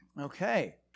Okay